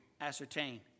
ascertain